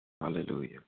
Hallelujah